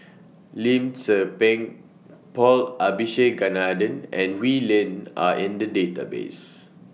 Lim Tze Peng Paul Abisheganaden and Wee Lin Are in The databases